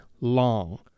long